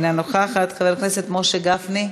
אינה נוכחת, חבר הכנסת משה גפני,